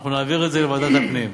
אנחנו נעביר את זה לוועדת הפנים,